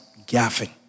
gaffing